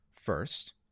First